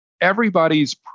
everybody's